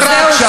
זהו,